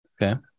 Okay